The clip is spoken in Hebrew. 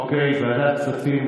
אוקיי, ועדת הכספים.